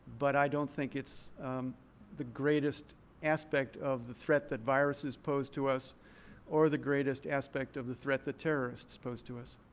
but i don't think it's the greatest aspect of the threat that viruses pose to us or the greatest aspect of the threat that terrorists pose to us.